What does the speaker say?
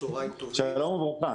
שלום וברכה